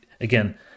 again